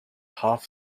half